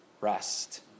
rest